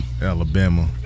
Alabama